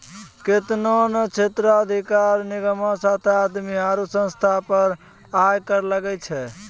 केतना ने क्षेत्राधिकार निगमो साथे आदमी आरु संस्था पे आय कर लागै छै